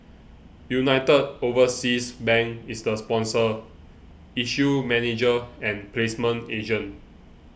United Overseas Bank is the sponsor issue manager and placement agent